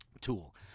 tool